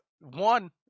one